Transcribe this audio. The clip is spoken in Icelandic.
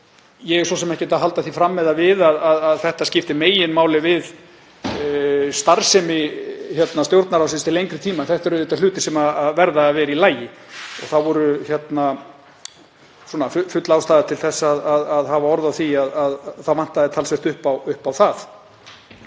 Ég er svo sem ekkert að halda því fram, eða við, að þetta skipti meginmáli við starfsemi Stjórnarráðsins til lengri tíma en þetta eru hlutir sem verða að vera í lagi. Það var full ástæða til að hafa orð á því að það vantaði talsvert upp á það.